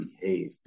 behave